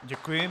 Děkuji.